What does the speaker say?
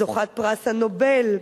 זוכת פרס נובל.